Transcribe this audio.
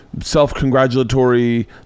self-congratulatory